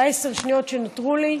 בעשר השניות שנותרו לי,